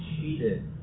cheated